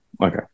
Okay